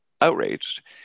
outraged